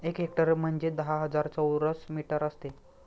एक हेक्टर म्हणजे दहा हजार चौरस मीटर असते